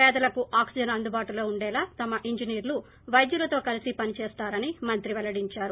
పేదలకు ఆక్పిజన్ అందుబాటులో ఉండేలా తమ ఇంజనీర్లు వైద్యులతో కలిసి పని చేస్తారని మంత్రి పెల్లడిందారు